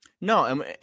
No